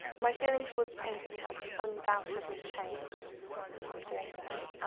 my feeling towards the painting has undoubtedly changed from doing this.